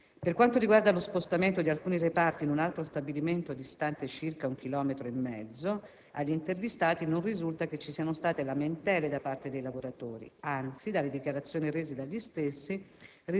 Per quanto riguarda lo spostamento di alcuni reparti in un altro stabilimento distante circa un chilometro e mezzo, agli intervistati non risulta ci siano state lamentele da parte dei lavoratori, anzi dalle dichiarazioni rese dagli stessi